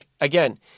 again